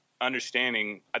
understanding